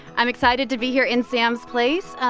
i'm excited to be here in sam's place.